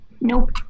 Nope